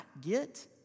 get